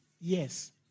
Yes